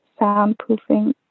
soundproofing